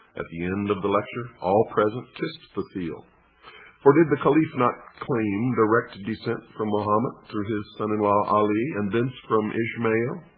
at the end of the lecture all present kissed the seal for did the caliph not claim direct descent from mohammed, through his son-in-law ali and thence from ismail,